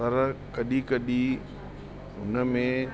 पर कॾहिं कॾहिं हुन मेंं